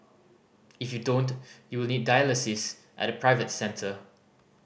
if you don't you will need dialysis at a private centre